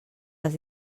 les